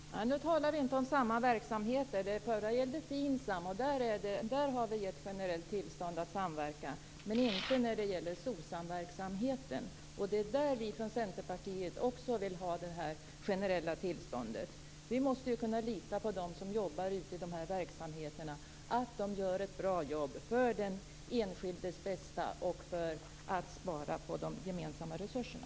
Herr talman! Nu talar vi inte om samma verksamhet. Det förra gällde FINSAM. Där har vi ett generellt tillstånd att samverka, men inte när det gäller SOSAM-verksamheten. Det är där vi från Centerpartiet vill ha ett generellt tillstånd. Vi måste kunna lita på att de som jobbar ute på dessa verksamheter gör ett bra arbete, för den enskildes bästa och för att spara på de gemensamma resurserna.